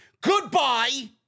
Goodbye